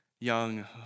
young